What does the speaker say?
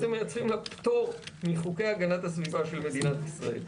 מייצרים לה פטור מחוקי הגנת הסביבה של מדינת ישראל.